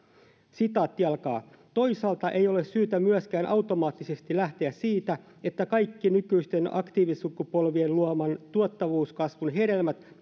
toisaalta ei ole syytä myöskään automaattisesti lähteä siitä että kaikki nykyisten aktiivisukupolvien luoman tuottavuuskasvun hedelmät